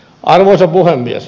arvoisa puhemies